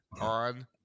on